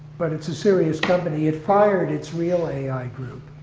but it's a serious company. it fired its real ai group,